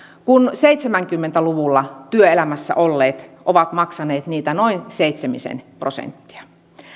kun seitsemänkymmentä luvulla työelämässä olleet ovat maksaneet niitä noin seitsemisen prosenttia